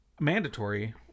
mandatory